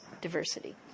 diversity